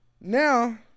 now